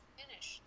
finish